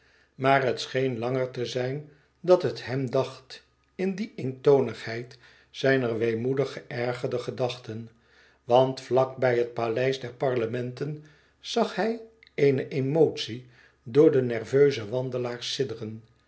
maar het scheen langer te zijn dan het hem dacht in die eentonigheid zijner weemoedig geërgerde gedachten want vlak bij het paleis der parlementen zag hij eene emotie door de nerveuze wandelaars